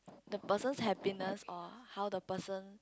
the person's happiness or how the person